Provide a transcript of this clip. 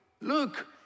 Look